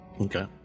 Okay